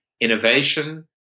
innovation